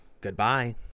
Goodbye